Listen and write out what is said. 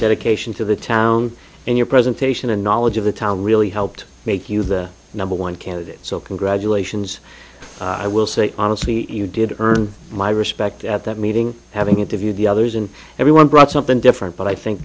dedication to the town and your presentation and knowledge of the town really helped make you the number one candidate so congratulations i will say honestly you did earn my respect at that meeting having interviewed the others and everyone brought something different but i think